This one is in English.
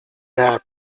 half